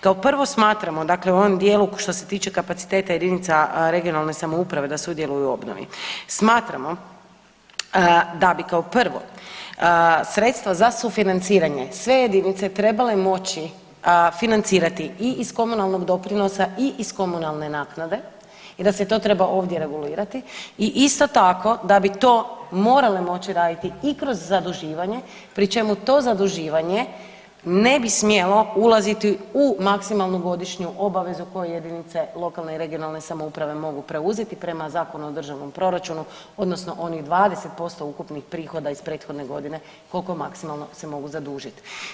Kao prvo smatramo dakle u ovom dijelu što se tiče kapaciteta jedinica regionalne samouprave da sudjeluju u obnovi, smatramo da bi kao prvo sredstva za sufinanciranje sve jedinice trebale moći financirati i iz komunalnog doprinosa i iz komunalne naknade i da se to treba ovdje regulirati i isto tako da bi to morale moći raditi i kroz zaduživanje pri čemu to zaduživanje ne bi smjelo ulaziti u maksimalnu godišnju obavezu koju jedinice lokalne i regionalne samouprave mogu preuzeti prema Zakonu o državnom proračunu odnosno onih 20% ukupnih prihoda iz prethodne godine, koliko maksimalno se mogu zadužit.